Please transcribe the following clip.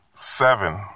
Seven